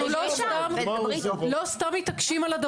אנחנו לא סתם מתעקשים על זה.